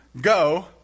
go